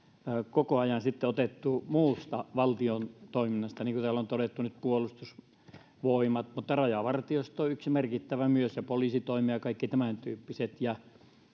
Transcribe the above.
koko ajan sitten otettu muusta valtion toiminnasta täällä on todettu nyt puolustusvoimat mutta rajavartiosto on myös yksi merkittävä ja poliisitoimi ja kaikki tämäntyyppiset